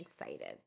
Excited